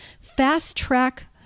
fast-track